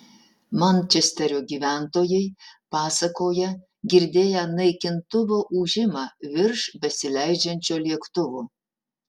mančesterio gyventojai pasakoja girdėję naikintuvo ūžimą virš besileidžiančio lėktuvo